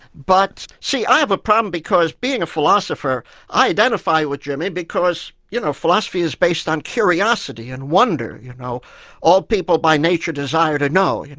but see i have a problem because being a philosopher, i identify with jimmy because you know philosophy is based on curiosity and wonder. you know all people by nature desire to know. you know